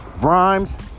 Rhymes